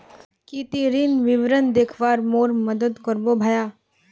की ती ऋण विवरण दखवात मोर मदद करबो भाया